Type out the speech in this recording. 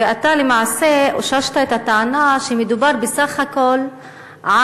ואתה למעשה אוששת את הטענה שמדובר בסך הכול על